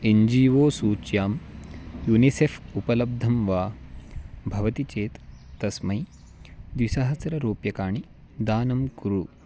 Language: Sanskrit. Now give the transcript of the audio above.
एन् जी ओ सूच्यां युनिसेफ़् उपलब्धं वा भवति चेत् तस्मै द्विसहस्ररूप्यकाणि दानं कुरु